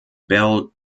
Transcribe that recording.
belle